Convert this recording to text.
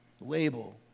label